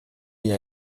ihr